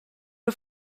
aux